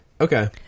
Okay